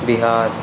Bihar